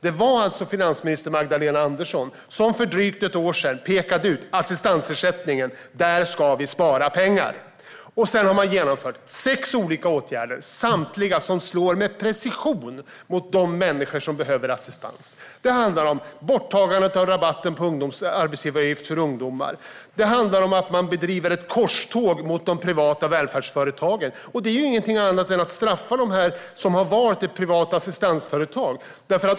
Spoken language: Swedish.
Det var finansminister Magdalena Andersson som för drygt ett år sedan pekade ut assistansersättningen - där ska vi spara pengar, menade hon. Sedan har man vidtagit sex olika åtgärder som samtliga slår med precision mot de människor som behöver assistans. Det handlar om borttagandet av rabatten på arbetsgivaravgiften för ungdomar. Det handlar om att man bedriver ett korståg mot de privata välfärdsföretagen, och det innebär att man straffar dem som har valt privata assistansföretag.